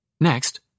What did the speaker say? Next